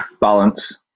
Balance